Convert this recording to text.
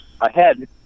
ahead